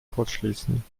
kurzschließen